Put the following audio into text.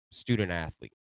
student-athlete